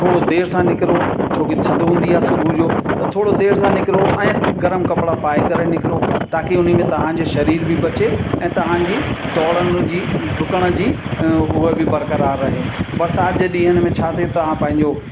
थोरो देरि सां निकिरो छोकी थधि हूंदी आहे सुबुह जो त थोरो देरि सां निकिरो ऐं गर्म कपिड़ा पाए करे निकिरो ताकी उन में तव्हांजी शरीर बि बचे ऐं तव्हांजी दौड़ण जी डुकण जी उहा बि बरकरार रहे बरिसात जे ॾींहन में छाते तव्हां पंहिंजो